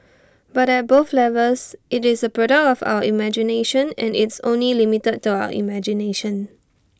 but at both levels IT is A product of our imagination and it's only limited to our imagination